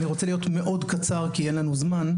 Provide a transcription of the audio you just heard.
אני אהיה מאוד קצר כי אין לנו זמן.